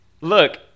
Look